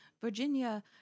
Virginia